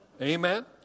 Amen